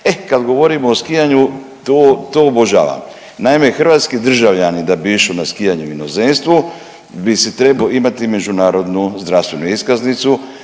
E kad govorimo o skijanju to obožavam. Naime, hrvatski državljanin da bi išao na skijanje u inozemstvo bi trebao imati međunarodnu zdravstvenu iskaznicu